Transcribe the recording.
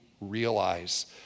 realize